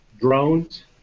drones